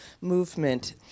movement